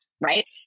Right